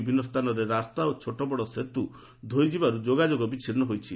ବିଭିନ୍ନ ସ୍ଥାନରେ ରାସ୍ତା ଓ ଛୋଟ ବଡ଼ ସେତୁ ଧୋଇ ଯିବାରୁ ଯୋଗାଯୋଗ ବିଚ୍ଛିନ୍ନ ହୋଇଛି